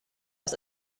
das